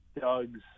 Doug's